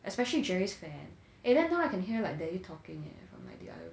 especially jerry's fan eh then now I can hear like daddy talking eh from like the other